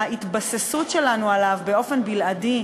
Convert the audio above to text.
ההתבססות שלנו עליו באופן בלעדי,